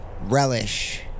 relish